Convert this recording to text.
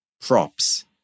props